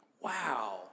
Wow